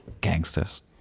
gangsters